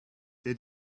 they